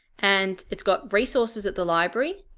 and it's got resources at the library,